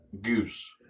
Goose